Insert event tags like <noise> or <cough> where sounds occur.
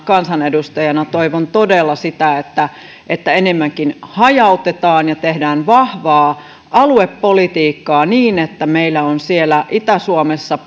kansanedustajana toivon todella sitä että että enemmänkin hajautetaan ja tehdään vahvaa aluepolitiikkaa niin että meillä on siellä itä suomessa <unintelligible>